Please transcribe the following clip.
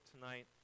tonight